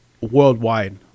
worldwide